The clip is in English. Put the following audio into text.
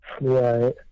Right